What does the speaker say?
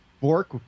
Bork